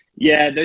yeah,